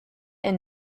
and